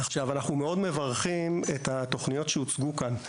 אנחנו מאוד מברכים את התוכניות שהוצגו כאן.